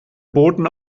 boten